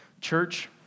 Church